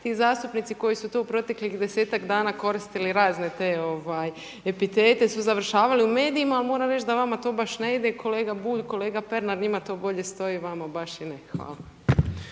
ti zastupnici koji su tu proteklih 10-tak dana koristili te epitete su završavali u medijima, ali moram reći da vama to baš ne ide, kolega Bulj, kolega Pernar, njima to bolje stoji, vama baš i ne. Hvala.